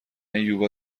یوگا